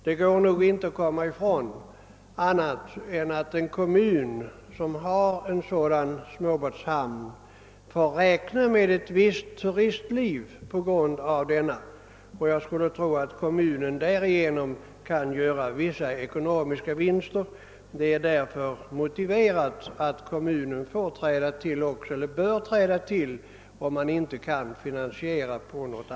Det går inte att komma ifrån att en kommun som har en småbåtshamn kan räkna med ett visst turistliv på grund av denna, och jag skulle tro att kommunen därigenom kan göra vissa ekonomiska vinster. Av den anledningen är det motiverat att kommunen hjälper till med finansieringen.